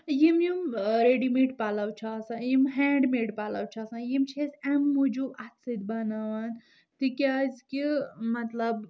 یِم یِم ریڈیٖمیڈ پلو چھِ آسان یِم ہینڈ میڈ پلو چھِ آسان یِم چھِ أسۍ امہِ موجوب اتھہٕ سۭتۍ بناوان تِکیاز کہِ مطلب